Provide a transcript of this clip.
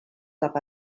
cap